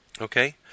Okay